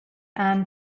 anne